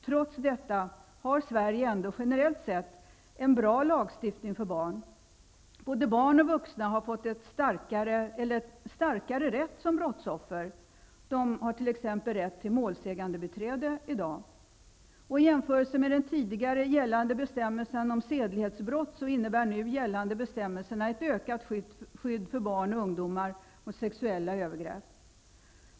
Trots detta har Sverige generellt sett ändå en bra lagstiftning för barn. Både barn och vuxna har fått en starkare rätt som brottsoffer. De har t.ex. rätt till målsägandebiträde. I jämförelse med tidigare gällande bestämmelser om sedlighetsbrott innebär de nu gällande bestämmelserna ett ökat skydd för barn och ungdomar mot sexuella övergrepp.